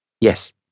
Yes